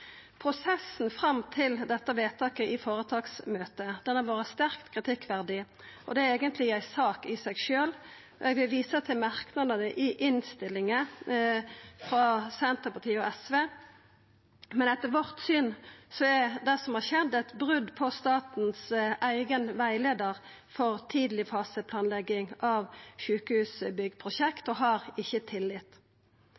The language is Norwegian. Prosessen fram til dette vedtaket i føretaksmøtet har vore sterkt kritikkverdig, og det er eigentleg ei sak i seg sjølv. Eg vil visa til merknadene frå Senterpartiet og SV i innstillinga. Etter vårt syn er det som har skjedd, eit brot på statens eigen rettleiar for tidlegfaseplanlegging av